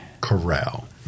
Corral